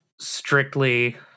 strictly